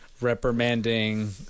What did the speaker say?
reprimanding